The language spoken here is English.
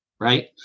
right